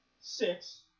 six